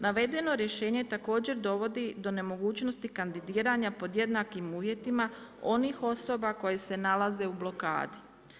Navedeno rješenje također dovodi do nemogućnosti kandidiranja pod jednakim uvjetima onih osoba koje se nalaze u blokadi.